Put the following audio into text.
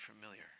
familiar